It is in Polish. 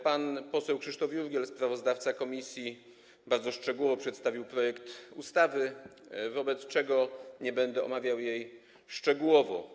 Pan poseł Krzysztof Jurgiel, sprawozdawca komisji, bardzo szczegółowo przedstawił projekt ustawy, wobec tego nie będę omawiał tej ustawy szczegółowo.